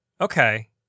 okay